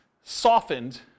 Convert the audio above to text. softened